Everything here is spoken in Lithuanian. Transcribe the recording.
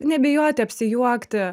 nebijoti apsijuokti